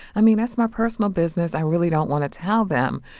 i mean, that's my personal business. i really don't want to tell them.